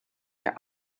their